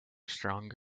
strong